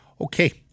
Okay